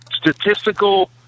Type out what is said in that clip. statistical